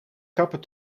kapper